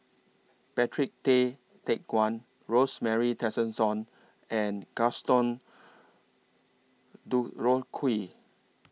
Patrick Tay Teck Guan Rosemary Tessensohn and Gaston Dutronquoy